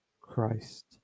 Christ